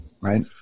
Right